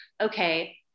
okay